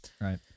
Right